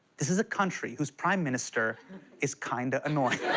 this is a country whose prime minister is kinda annoying.